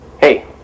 Hey